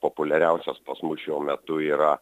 populiariausios pas mus šiuo metu yra